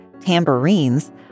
tambourines